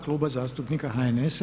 Kluba zastupnika HNS-a.